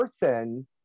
person